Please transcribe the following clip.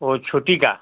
वो छोटी का